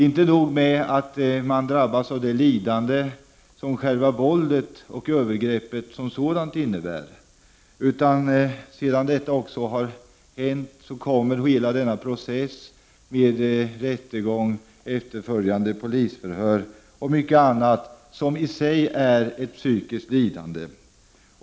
Inte nog med att man drabbas av det lidande som själva övergreppet som sådant innebär utan sedan detta har hänt kommer också hela processen med efterföljande polisförhör, rättegång och mycket annat, som i sig är ett psykiskt lidande.